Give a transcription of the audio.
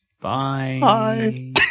Bye